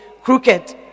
crooked